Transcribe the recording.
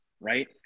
Right